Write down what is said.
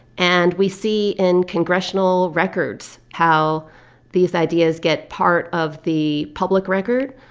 and we see in congressional records how these ideas get part of the public record,